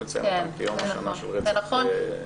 לציין אותם כיום השנה של רצח זה או אחר.